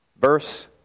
Verse